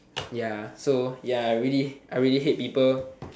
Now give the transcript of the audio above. ya so ya I really I really hate people